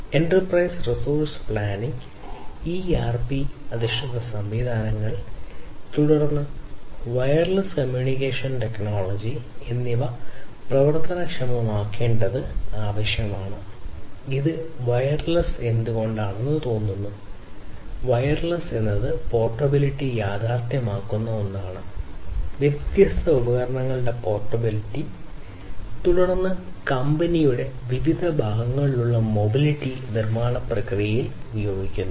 enterprise resource planning നിർമ്മാണ പ്രക്രിയയിൽ ഉപയോഗിക്കുന്നു